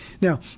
Now